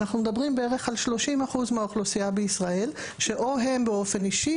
אנחנו מדברים בערך על 30% מהאוכלוסייה בישראל שאו הם באופן אישי